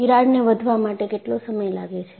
તિરાડને વધવા માટે કેટલો સમય લાગે છે